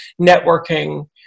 networking